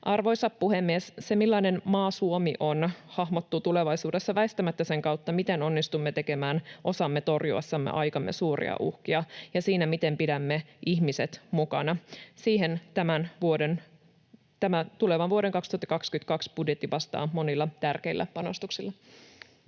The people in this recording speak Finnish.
Arvoisa puhemies! Se, millainen maa Suomi on, hahmottuu tulevaisuudessa väistämättä sen kautta, miten onnistumme tekemään osamme torjuessamme aikamme suuria uhkia, ja siinä, miten pidämme ihmiset mukana. Siihen tämä tulevan vuoden 2022 budjetti vastaa monilla tärkeillä panostuksilla.